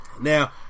now